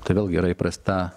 ai vėlgi yra įprasta